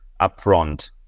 upfront